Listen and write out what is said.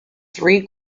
three